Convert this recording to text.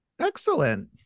Excellent